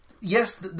yes